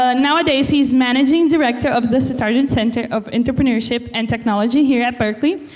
ah nowadays, he's managing director of the sutardja center of entrepreneurship and technology here at berkeley.